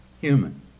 human